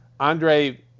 Andre